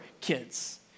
kids